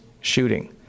shooting